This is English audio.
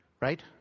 right